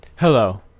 Hello